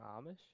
Amish